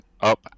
up